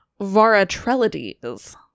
Varatrelides